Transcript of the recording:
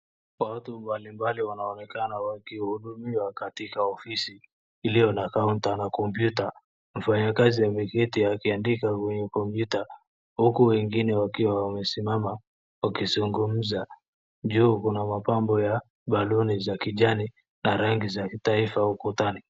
Kuna watu mbalimbali wanaonekana wakihudumiwa kwa ofisi iliyo na kaunta ya kompyuta, mfanyikazi ameketi akiandika kwenye kompyuta, huku wengine wakiwa wamesimama wakizungumza. Juu kuna mapambo ya baluni za kijani na rangi za kitaifa ukutani.